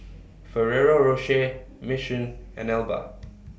Ferrero Rocher Mission and Alba